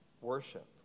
worship